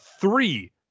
three